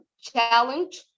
challenge